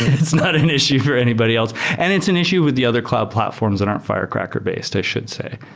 it's not an issue for anybody else. and it's an issue with the other cloud platforms that aren't firecracker based, i should say.